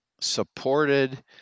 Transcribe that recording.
supported